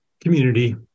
community